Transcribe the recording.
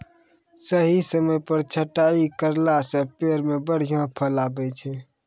सही समय पर छंटाई करला सॅ पेड़ मॅ बढ़िया फल आबै छै